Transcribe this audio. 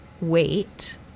wait